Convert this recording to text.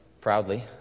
proudly